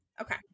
Okay